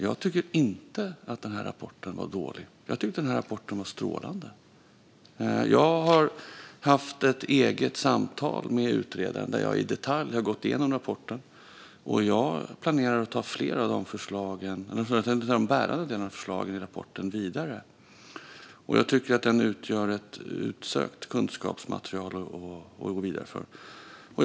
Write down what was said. Jag tycker inte att den här rapporten var dålig. Jag tycker att den var strålande. Jag har haft ett eget samtal med utredaren där jag i detalj har gått igenom rapporten, och jag planerar att ta flera av förslagen, eller de bärande delarna i förslagen, vidare. Jag tycker att rapporten utgör ett utsökt kunskapsmaterial att gå vidare från.